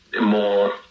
more